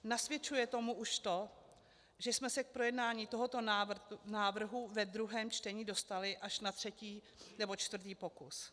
Nasvědčuje tomu už to, že jsme se k projednání tohoto návrhu ve druhém čtení dostali až na třetí nebo čtvrtý pokus.